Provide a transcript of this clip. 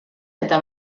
eta